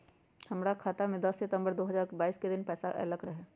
हमरा खाता में दस सितंबर दो हजार बाईस के दिन केतना पैसा अयलक रहे?